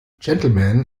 gentlemen